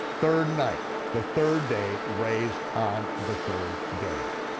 third night, the third day raised on the third day.